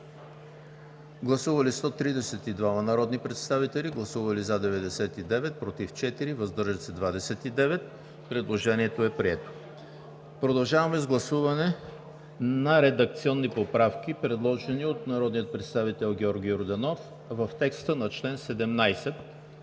Гласували 132 народни представители: за 99, против 4, въздържали се 29. Предложението е прието. Продължаваме с гласуване на редакционни поправки, предложени от народния представител Георги Йорданов в текста на чл. 17,